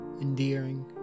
endearing